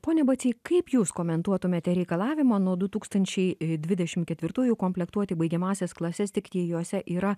pone bacy kaip jūs komentuotumėte reikalavimą nuo du tūkstančiai dvidešim ketvirtųjų komplektuoti baigiamąsias klases tik jei juose yra